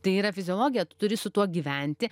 tai yra fiziologija tu turi su tuo gyventi